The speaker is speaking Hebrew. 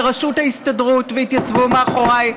לראשות ההסתדרות והתייצבו מאחוריי,